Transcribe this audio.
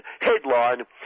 headline